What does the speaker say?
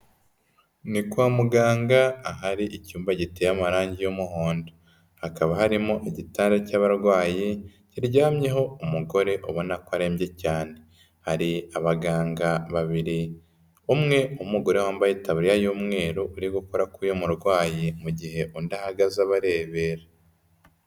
Ni kwa muganga ahari icyumba giteye amarangi y'umuhondo, hakaba harimo igitanda cy'abarwayi, kiryamyeho umugore ubona ko arembye cyane, hari abaganga babiri umwe w'umugore wambaye itabariya y'umweru, uri gukora kuri uyu murwayi mu gihe undi ahagaze abarebera.